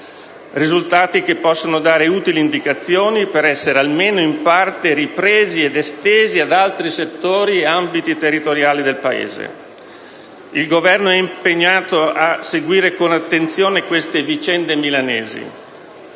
risultati che possono dare utili indicazioni per essere, almeno in parte, ripresi ed estesi ad altri settori ed ambiti territoriali del Paese. Il Governo eimpegnato a seguire con attenzione queste vicende milanesi